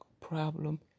problem